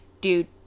dude